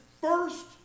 first